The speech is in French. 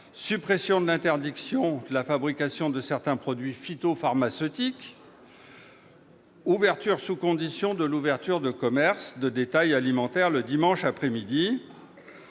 suppression de l'interdiction de la fabrication de certains produits phytopharmaceutiques, l'autorisation, sous conditions, de l'ouverture des commerces de détail alimentaire le dimanche après-midi,